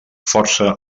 força